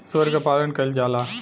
सूअर क पालन कइल जाला